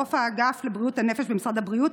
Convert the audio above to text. ראש האגף לבריאות הנפש במשרד הבריאות,